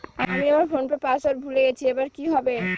আমি আমার ফোনপের পাসওয়ার্ড ভুলে গেছি এবার কি হবে?